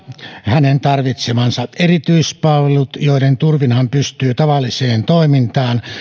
hänen tarvitsemansa erityispalvelut joiden turvin hän pystyy tavalliseen toimintaan